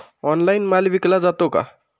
Online माल विकला जातो का?